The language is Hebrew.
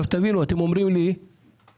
תבינו, אתם אומרים לי תעשו